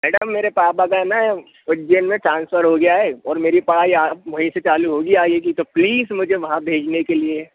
madam मेरे पापा का है ना उज्जैन में ट्रांसफर हो गया है और मेरी पढ़ाई अब वहीं से चालू होगी आगे की तो प्लीस वहाँ भेजने के लिए